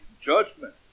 judgment